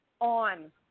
on